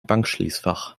bankschließfach